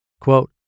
Quote